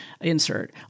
insert